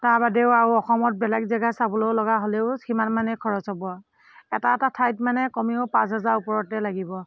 তাৰবাদেও আৰু অসমত বেলেগ জেগা চাবলৈ লগা হ'লেও সিমানমানেই খৰচ হ'ব এটা এটা ঠাইত মানে কমেও পাঁচ হাজাৰৰ ওপৰতে লাগিব